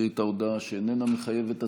שתקריא את ההודעה שאיננה מחייבת הצבעה,